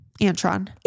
antron